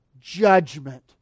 judgment